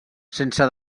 sense